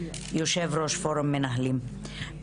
יושב-ראש פורום מנהלים.